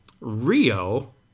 rio